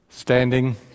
standing